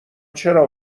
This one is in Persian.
چرا